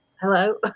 Hello